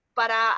para